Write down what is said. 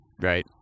right